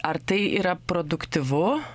ar tai yra produktyvu